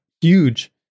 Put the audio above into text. huge